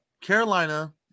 Carolina